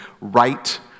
right